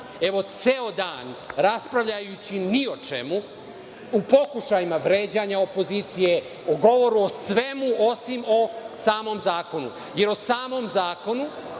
evo ceo dan, raspravljajući ni o čemu u pokušajima vređanja opozicije, o govoru o svemu osim o samom zakonu.O samom zakonu